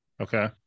Okay